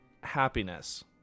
happiness